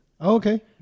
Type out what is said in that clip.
Okay